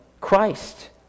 Christ